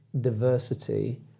diversity